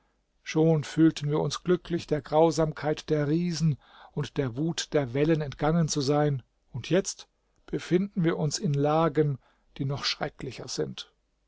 schon fühlten wir uns glücklich der grausamkeit der riesen und der wut der wellen entgangen zu sein und jetzt befinden wir uns in lagen die noch schrecklicher sind